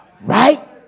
right